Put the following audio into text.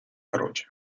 croce